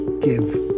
give